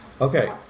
Okay